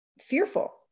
fearful